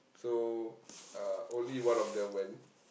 so uh only one of them went